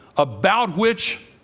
about which,